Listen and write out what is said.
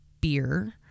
beer